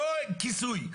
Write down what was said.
לא כיסוי,